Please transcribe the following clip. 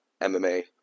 MMA